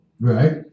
Right